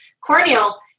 corneal